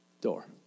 door